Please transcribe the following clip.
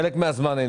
חלק מהזמן.